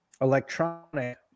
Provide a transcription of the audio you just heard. electronic